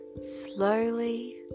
slowly